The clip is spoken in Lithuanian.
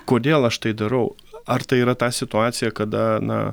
kodėl aš tai darau ar tai yra ta situacija kada na